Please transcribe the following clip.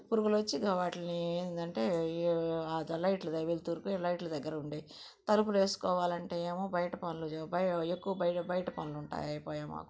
పురుగులు వచ్చి ఇంక వాటిని ఏంటంటే లైట్ వెలుతురుకి లైట్ల దగ్గర ఉండేయి తలుపులు వేసుకోవాలంటే ఏమో బయట పనులు బయట ఎక్కువ బయట పనులు ఉంటాయి అయిపోయా మాకు